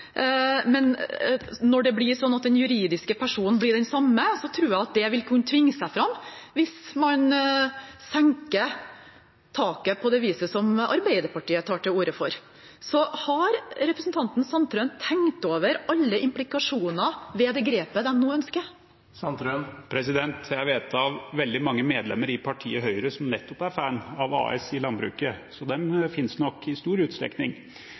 men når det blir sånn at den juridiske personen blir den samme, tror jeg det vil kunne tvinge seg fram, hvis man senker taket på det viset som Arbeiderpartiet tar til orde for. Har representanten Sandtrøen tenkt over alle implikasjoner ved det grepet de nå ønsker? Jeg vet om veldig mange medlemmer av partiet Høyre som nettopp er fans av AS i landbruket, så de finnes nok i stor utstrekning.